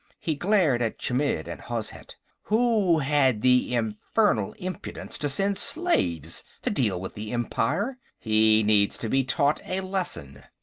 he glared at chmidd and hozhet. who had the infernal impudence to send slaves to deal with the empire? he needs to be taught a lesson.